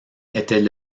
était